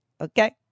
Okay